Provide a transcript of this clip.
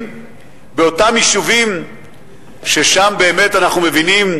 באותם יישובים ששם באמת אנחנו מבינים,